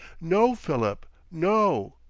no, philip, no!